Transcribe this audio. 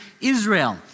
Israel